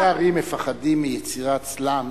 ראשי ערים מפחדים מיצירת סלאמס.